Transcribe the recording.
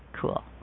Cool